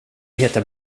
heter